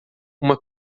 uma